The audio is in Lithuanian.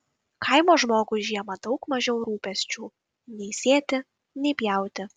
kaimo žmogui žiemą daug mažiau rūpesčių nei sėti nei pjauti